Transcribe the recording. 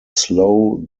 slow